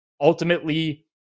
Ultimately